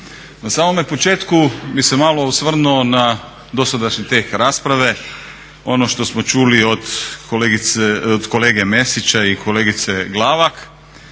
Na samome početku bih se malo osvrnuo na dosadašnji tijek rasprave, ono što smo čuli od kolege Mesića i kolegice Glavak.